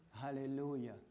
Hallelujah